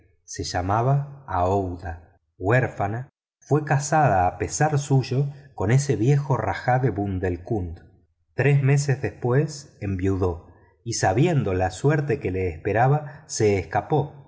se llamaba aouida huérfana fue casada a pesar suyo con ese viejo rajá de bundelkund tres meses después enviudó y sabiendo la suerte que le esperaba se escapó